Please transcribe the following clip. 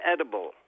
edible